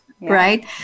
Right